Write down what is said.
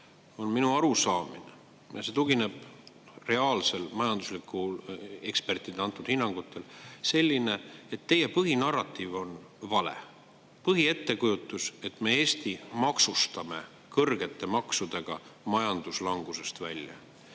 on minu arusaamine – ja see tugineb reaalsetel majandusekspertide antud hinnangutel – selline, et teie põhinarratiiv on vale, põhiettekujutus, et me Eesti maksustame kõrgete maksude abil majanduslangusest välja.